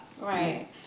Right